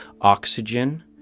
oxygen